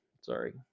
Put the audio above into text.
Sorry